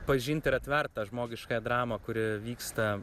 pažint ir atvert tą žmogiškąją dramą kuri vyksta